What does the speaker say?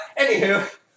anywho